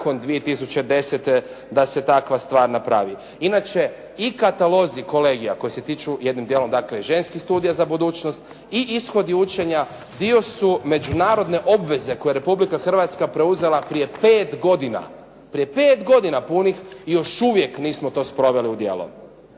da se takva stvar napravi. Inače, i katalozi kolegija koji se tiču jednim dijelom dakle ženskih studija za budućnost, i ishodi učenja dio su međunarodne obveze koje Republika Hrvatska preuzela prije 5 godina, prije 5 godina punih još uvijek nismo to sproveli u djelo.